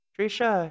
Trisha